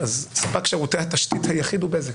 כך שספק שירותי התשתית היחיד הוא בזק.